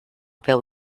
peu